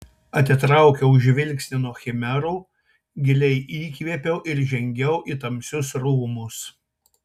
atitraukiau žvilgsnį nuo chimerų giliai įkvėpiau ir žengiau į tamsius rūmus